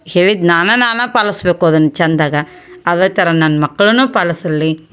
ಹೇಳಿದ್ದು ನಾನೇ ನಾನೇ ಪಾಲಿಸ್ಬೇಕು ಅದನ್ನು ಚೆಂದಾಗಿ ಅದೇ ಥರ ನನ್ನ ಮಕ್ಳು ಪಾಲಿಸ್ಲಿ